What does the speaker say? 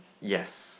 yes